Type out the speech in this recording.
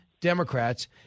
Democrats